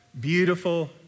Beautiful